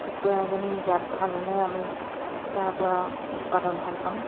কুকুৰাজনী জাত ভাল হ'লে আমি তাৰপৰা উৎপাদন ভাল পাম